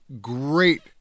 great